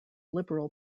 liberal